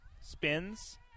spins